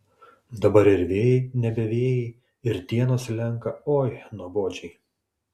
dabar ir vėjai nebe vėjai ir dienos slenka oi nuobodžiai